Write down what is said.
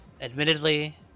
admittedly